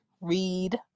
read